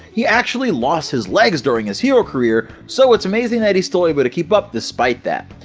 he actually lost his legs during his hero career, so it's amazing that he's still able to keep up despite that!